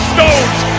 Stones